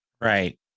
Right